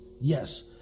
yes